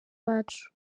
bacu